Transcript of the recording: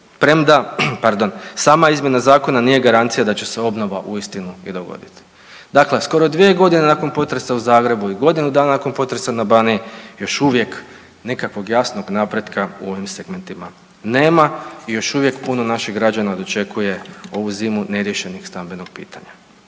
sama izmjena zakona nije garancija da će se obnova uistinu i dogoditi. Dakle, skoro dvije godine nakon potresa u Zagrebu i godinu dana nakon potresa na Baniji još uvijek nikakvog jasnog napretka u ovim segmentima nema i još uvijek puno naših građana dočekuje ovu zimu neriješenog stambenog pitanja.